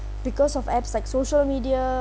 because of apps like social media